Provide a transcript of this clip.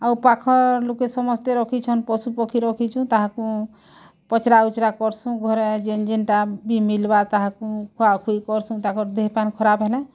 ଆଉ ପାଖ ଲୋକେ ସମସ୍ତେ ରଖିଛନ୍ ପଶୁ ପକ୍ଷୀ ରଖିଛୁ ତାହାକୁ ପଚରା ଉଚ୍ରା କର୍ସୁଁ ଘରେ ଯେନ୍ ଯେଣ୍ଟା ବି ମିଲ୍ବା ତାହାକୁ ଖୁଆଖୁଇ କର୍ସୁଁ ଦେହ ପାନ୍ ଖରାପ୍ ହେଲେ